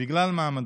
בגלל מעמדו.